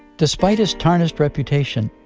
despite his tarnished reputation,